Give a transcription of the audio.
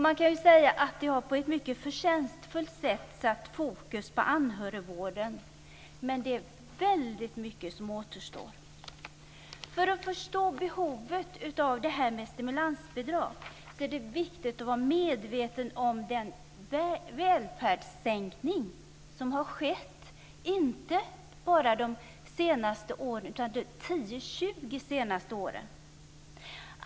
Man kan säga att den på ett mycket förtjänstfullt sätt har satt fokus på anhörigvården, men det är väldigt mycket som återstår. För att förstå behovet av stimulansbidrag är det viktigt att vara medveten om den välfärdssänkning som har skett, inte bara de senaste åren utan de 10-20 senaste åren.